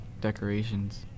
decorations